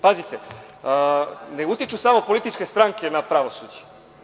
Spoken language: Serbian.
Pazite, ne utiču samo političke stranke na pravosuđe.